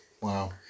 Wow